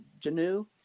Janu